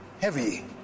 heavy